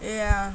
ya